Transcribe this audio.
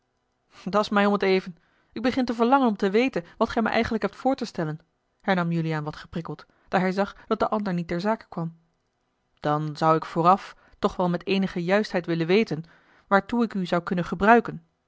kerk dat's mij om t even ik begin te verlangen om te weten wat gij mij eigenlijk hebt voor te stellen hernam juliaan wat geprikkeld daar hij zag dat de ander niet ter zake kwam dan zou ik vooraf toch wel met eenige juistheid willen weten waartoe ik u zou kunnen gebruiken